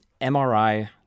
MRI